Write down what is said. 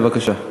בבקשה.